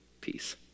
peace